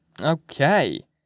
Okay